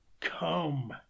come